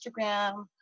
Instagram